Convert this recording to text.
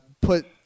put